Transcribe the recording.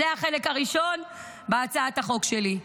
זה החלק הראשון בהצעת החוק שלי.